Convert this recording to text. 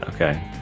okay